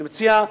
אני מציע,